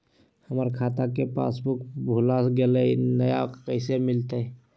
हमर खाता के पासबुक भुला गेलई, नया कैसे मिलतई?